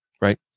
right